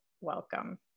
welcome